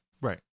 right